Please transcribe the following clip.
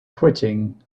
quitting